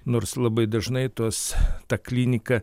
nors labai dažnai tuos tą kliniką